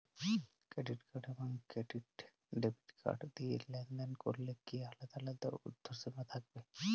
Credit card এবং debit card দিয়ে লেনদেন করলে কি আলাদা আলাদা ঊর্ধ্বসীমা থাকবে?